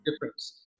difference